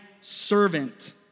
servant